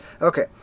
Okay